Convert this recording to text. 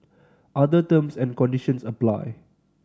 other terms and conditions apply